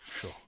sure